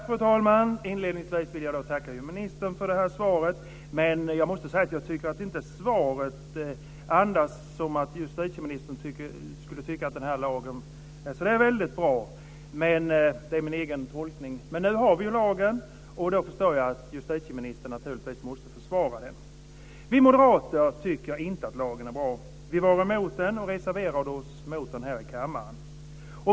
Fru talman! Inledningsvis vill jag tacka ministern för det här svaret. Men jag måste säga att jag inte tycker att svaret andas att justitieministern skulle tycka att den här lagen är så väldigt bra. Men det är min egen tolkning. Nu har vi lagen, och då förstår jag att justitieministern naturligtvis måste försvara den. Vi moderater tycker inte att lagen är bra. Vi var emot den och reserverade oss mot beslutet om den här i kammaren.